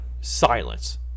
silence